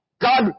God